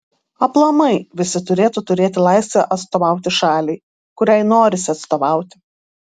aplamai visi turėtų turėti laisvę atstovauti šaliai kuriai norisi atstovauti